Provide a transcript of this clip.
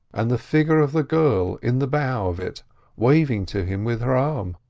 and the figure of the girl in the bow of it waving to him with her arm.